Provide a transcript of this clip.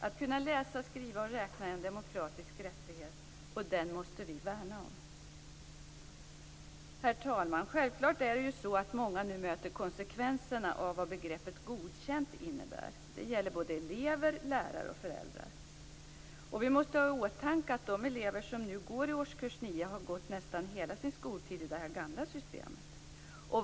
Att kunna läsa, skriva och räkna är en demokratisk rättighet, och den måste vi värna om. Herr talman! Det är självfallet så att många nu möter konsekvenserna av vad begreppet godkänt innebär. Det gäller såväl elever som lärare och föräldrar. Vi måste ha i åtanke att de elever som nu går i årskurs 9 har gått nästan hela sin skoltid i det gamla system.